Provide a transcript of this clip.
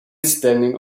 standing